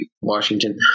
Washington